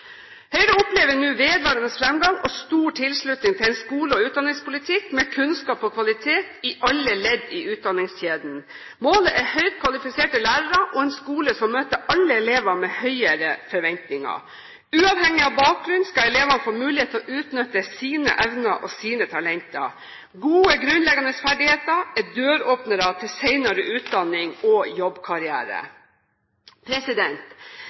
Høyre opplever nå vedvarende fremgang og stor tilslutning til en skole- og utdanningspolitikk med kunnskap og kvalitet i alle ledd i utdanningskjeden. Målet er høyt kvalifiserte lærere og en skole som møter alle elever med høyere forventninger. Uavhengig av bakgrunn skal elevene få mulighet til å utnytte sine evner og talenter. Gode grunnleggende ferdigheter er døråpnere til senere utdanning og jobbkarriere.